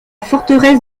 forteresse